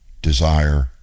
desire